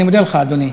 אני מודה לך, אדוני.